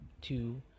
two